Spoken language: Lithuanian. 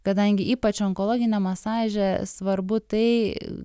kadangi ypač onkologiniam masaže svarbu tai